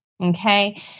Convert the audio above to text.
Okay